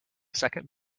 second